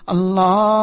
Allah